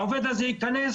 העובד הזה ייכנס,